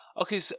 Okay